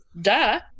duh